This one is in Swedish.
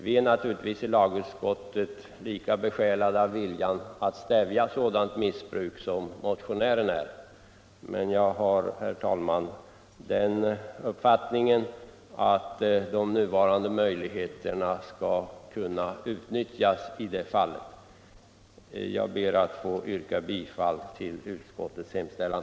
Vi är naturligtvis i lagutskottet lika besjälade av viljan att stävja sådant missbruk som motionären är, men vi har uppfattningen att de nuvarande möjligheterna skall kunna utnyttjas i dessa fall. Jag ber, herr talman, att få yrka bifall till utskottets hemställan.